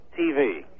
TV